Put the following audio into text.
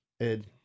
Ed